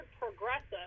progressive